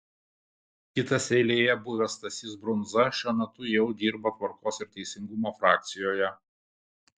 kitas eilėje buvęs stasys brundza šiuo metu jau dirba tvarkos ir teisingumo frakcijoje